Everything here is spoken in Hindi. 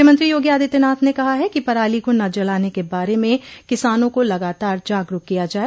मुख्यमंत्री योगी आदित्यनाथ ने कहा कि पराली को न जलाने के बारे में किसानों को लगातार जागरूक किया जाये